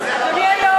זו הבעיה.